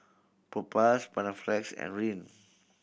Propass Panaflex and Rene